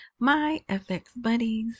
myfxbuddies